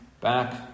back